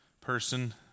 person